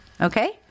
Okay